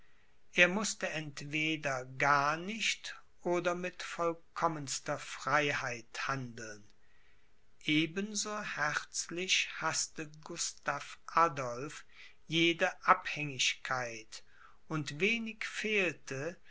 er mußte entweder gar nicht oder mit vollkommenster freiheit handeln eben so herzlich haßte gustav adolph jede abhängigkeit und wenig fehlte